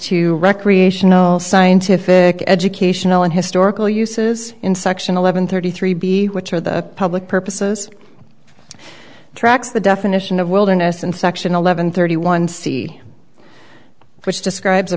to recreational scientific educational and historical uses in section eleven thirty three b which are the public purposes tracks the definition of wilderness and section eleven thirty one see which describes